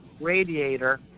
radiator